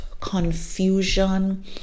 confusion